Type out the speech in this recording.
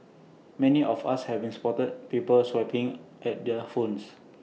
many of us have been spotted people swiping at their phones